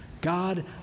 God